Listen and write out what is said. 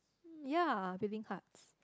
ya willing hearts